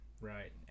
right